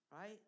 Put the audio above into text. right